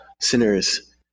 sinners